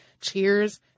Cheers